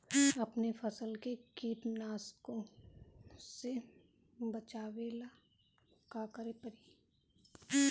अपने फसल के कीटनाशको से बचावेला का करे परी?